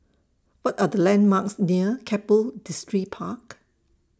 What Are The landmarks near Keppel Distripark